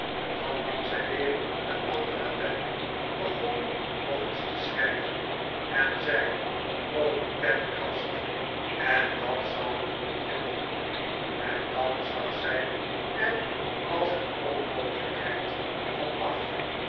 dan nam zij weer een andere pen begon nog eens te schrijven en zei die pen krast en dat zal doady hinderen en dan zag zij er als een onmogelijkheid van af